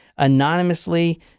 anonymously